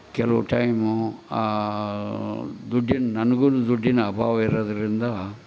ಕೆಲವು ಟೈಮೂ ದುಡ್ಡಿನ ನನ್ಗೂ ದುಡ್ಡಿನ ಅಭಾವ ಇರೋದರಿಂದ